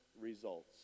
results